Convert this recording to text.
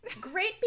Great